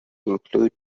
include